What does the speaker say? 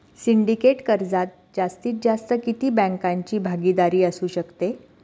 Syndicate कर्जात जास्तीत जास्त किती बँकांची भागीदारी असू शकते?